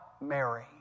Mary